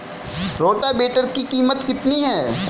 Rotavator की कीमत कितनी है?